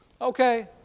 okay